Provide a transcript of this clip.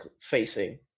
facing